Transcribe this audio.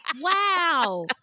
Wow